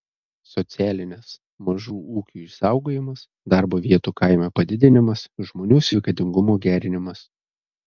socialinės mažų ūkių išsaugojimas darbo vietų kaime padidinimas žmonių sveikatingumo gerinimas